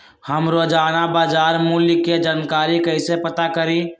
हम रोजाना बाजार मूल्य के जानकारी कईसे पता करी?